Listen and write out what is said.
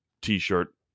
t-shirt